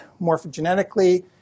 morphogenetically